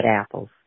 apples